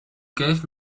gave